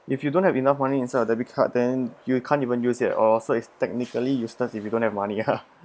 if you don't have enough money inside your debit card then you can't even use it at all so is technically useless if you don't have money